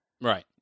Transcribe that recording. Right